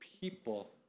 people